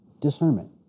discernment